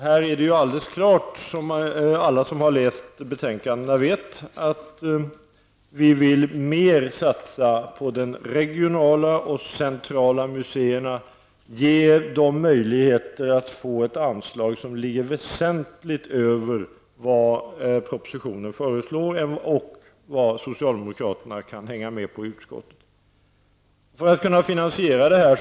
Här är det, som alla som har läst betänkandena vet, alldeles klart att vi mer vill satsa på de regionala och centrala museerna och ge dem möjligheter att få ett anslag som ligger väsentligt över vad som föreslås i propositionen och vad socialdemokraterna i utskottet kan hänga med på.